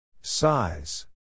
Size